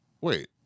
wait